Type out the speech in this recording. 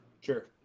Sure